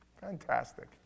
Fantastic